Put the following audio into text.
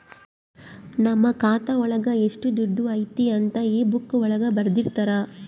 ನಮ್ ಖಾತೆ ಒಳಗ ಎಷ್ಟ್ ದುಡ್ಡು ಐತಿ ಅಂತ ಈ ಬುಕ್ಕಾ ಒಳಗ ಬರ್ದಿರ್ತರ